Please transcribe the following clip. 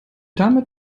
dame